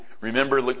Remember